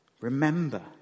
Remember